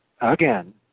again